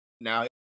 now